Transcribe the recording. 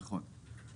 נכון.